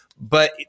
But-